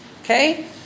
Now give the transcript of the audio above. Okay